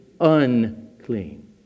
unclean